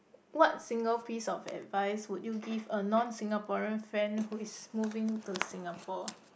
what single piece of advice would you give a non Singaporean friend who is moving to Singapore